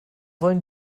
wollen